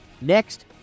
Next